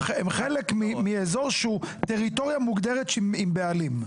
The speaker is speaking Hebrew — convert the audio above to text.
הם חלק מאזור שהוא טריטוריה מוגדרת שהיא עם בעלים.